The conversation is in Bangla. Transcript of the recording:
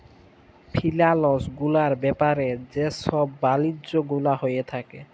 ফিলালস গুলার ব্যাপারে যে ছব বালিজ্য গুলা হঁয়ে থ্যাকে